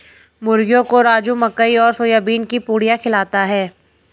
मुर्गियों को राजू मकई और सोयाबीन की पुड़िया खिलाता है